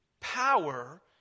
power